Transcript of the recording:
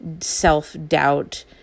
self-doubt